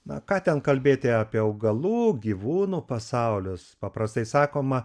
na ką ten kalbėti apie augalų gyvūnų pasaulius paprastai sakoma